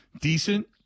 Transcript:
decent